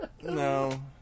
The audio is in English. No